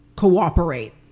cooperate